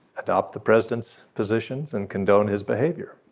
adopt the president's positions and condone his behavior.